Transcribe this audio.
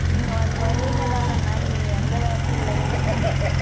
நீங்கள் வந்து வருவீங்க தானே மேம் நீங்கள் எந்த வேலையும் இல்லை தானே உங்களுக்கு